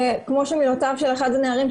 וכמו שאמר אחד הנערים,